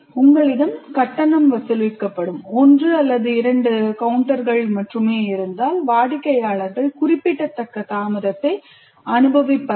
உங்களிடம் கட்டணம் வசூலிக்கப்படும் ஒன்று அல்லது இரண்டு கவுண்டர்கள் மட்டுமே இருந்தால் வாடிக்கையாளர்கள் குறிப்பிடத்தக்க தாமதத்தை அனுபவிப்பார்கள்